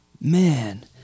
Man